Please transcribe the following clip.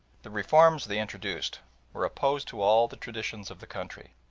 the reforms they introduced were opposed to all the traditions of the country.